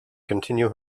continue